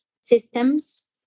systems